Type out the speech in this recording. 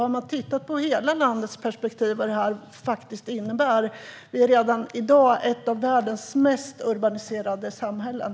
Har man tittat på hela landets perspektiv, vad förslaget faktiskt innebär? Vi är redan i dag ett av världens mest urbaniserade samhällen.